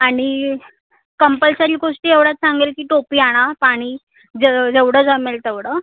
आणि कम्पल्सरी गोष्टी एवढ्याच सांगेल की टोपी आणा पाणी जेव जेवढं जमेल तेवढं